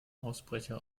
ausbrecher